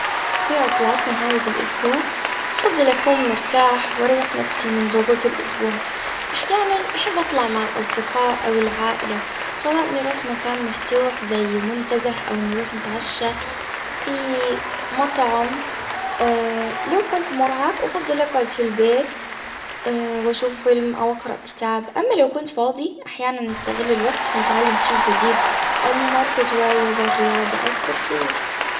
في عطلات نهاية الاسبوع. بفضل اكون مرتاح واريح نفسي من ضغوط الاسبوع أحيانًا احب اطلع مع الاصدقاء او العائلة. سواء نروح مكان مفتوح زي منتزه او نروح نتعشى. في مطعم لو كنت مرهق افضل اقعد في البيت واشوف فيلم او اقرأ كتاب. اما لو كنت فاضي احيانا نستغل الوقت في تعلم شي جديد او ممارسة هواية زي الرياضة او التصوير.